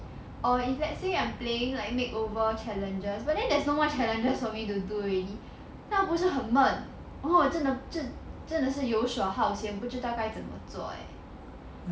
or if let's say I'm playing like makeover challenges but then there's no more challenges for me to do already 那不是很闷如果我真的真的真的是游手好闲不知道该怎么做 eh